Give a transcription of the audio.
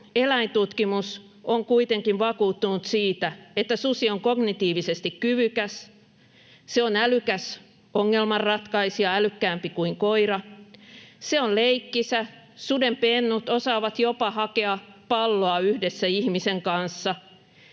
eläintutkimus on kuitenkin vakuuttunut siitä, että susi on kognitiivisesti kyvykäs. Se on älykäs ongelmanratkaisija, älykkäämpi kuin koira. Se on leikkisä: sudenpennut osaavat jopa hakea palloa yhdessä ihmisen kanssa.